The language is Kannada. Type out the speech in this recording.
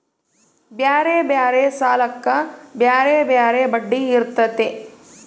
ಬ್ಯಾರೆ ಬ್ಯಾರೆ ಸಾಲಕ್ಕ ಬ್ಯಾರೆ ಬ್ಯಾರೆ ಬಡ್ಡಿ ಇರ್ತತೆ